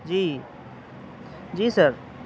جی جی سر